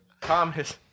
Thomas